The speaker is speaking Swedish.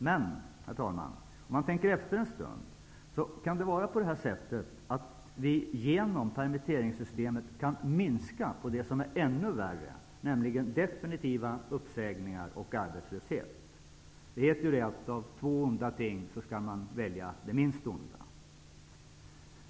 Men, herr talman, om man tänker efter en stund kan man finna att vi genom permitteringssystemet kan minska det som är ännu värre, nämligen definitiva uppsägningar och arbetslöshet. Det heter ju att av två onda ting skall man välja det minst onda.